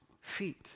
feet